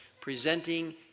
presenting